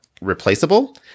replaceable